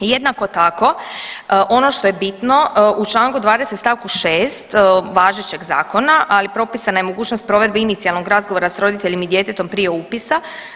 Jednako tako, ono što je bitno u čl. 20 st. 6 važećeg Zakona, ali propisana je mogućnost provedbe inicijalnog razgovora s roditeljima i djetetom prije upisa.